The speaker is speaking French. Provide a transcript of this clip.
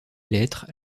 lettres